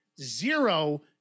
zero